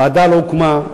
הוועדה לא הוקמה.